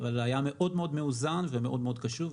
אבל היה מאוד מאוד מאוזן ומאוד מאוד קשוב.